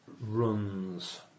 runs